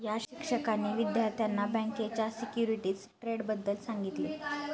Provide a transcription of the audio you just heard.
या शिक्षकांनी विद्यार्थ्यांना बँकेच्या सिक्युरिटीज ट्रेडबद्दल सांगितले